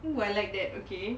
we're like that okay